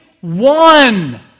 one